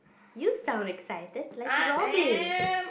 you sound excited like Robin